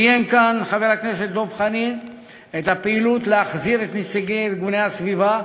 ציין כאן חבר הכנסת דב חנין את הפעילות להחזרת נציגי ארגוני הסביבה